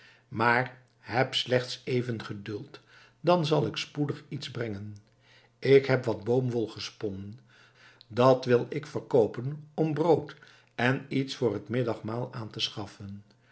maar heb slechts even geduld dan zal ik spoedig iets brengen ik heb wat boomwol gesponnen dat wil ik verkoopen om brood en iets voor het middagmaal aan te schaffen